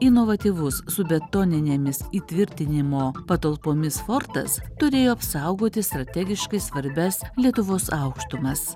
inovatyvus su betoninėmis įtvirtinimo patalpomis fortas turėjo apsaugoti strategiškai svarbias lietuvos aukštumas